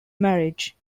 marriage